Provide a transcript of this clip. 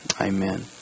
Amen